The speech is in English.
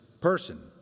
person